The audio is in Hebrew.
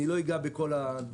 אני לא אגע בכל הדברים,